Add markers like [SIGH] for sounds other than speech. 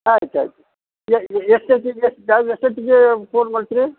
ಆಯ್ತು ಆಯ್ತು ಎಷ್ಟೊತ್ತಿಗೆ [UNINTELLIGIBLE] ಎಷ್ಟೊತ್ತಿಗೆ ಫೋನ್ ಮಾಡ್ತೀರಿ